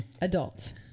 adults